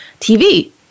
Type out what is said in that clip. TV